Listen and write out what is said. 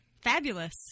Fabulous